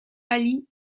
ali